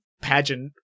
pageant